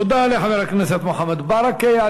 תודה לחבר הכנסת מוחמד ברכה.